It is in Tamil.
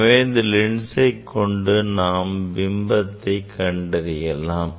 எனவே இந்த லென்சை கொண்டு நாம் பிம்பத்தை கண்டறியலாம்